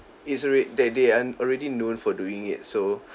it's alre~ that they are already known for doing it so